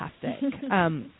fantastic